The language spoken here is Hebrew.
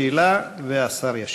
שאלה, והשר ישיב.